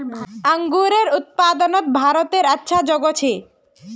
अन्गूरेर उत्पादनोत भारतेर अच्छा जोगोह छे